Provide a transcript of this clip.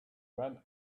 when